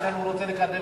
ולכן הוא רוצה לקדם את,